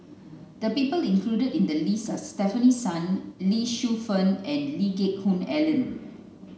the people included in the list are Stefanie Sun Lee Shu Fen and Lee Geck Hoon Ellen